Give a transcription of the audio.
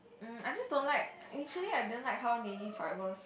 mm I just don't like initially I didn't like how naive I was